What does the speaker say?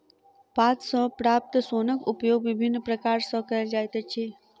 पात सॅ प्राप्त सोनक उपयोग विभिन्न प्रकार सॅ कयल जाइत अछि